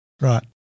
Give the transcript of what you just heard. Right